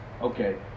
Okay